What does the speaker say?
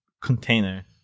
container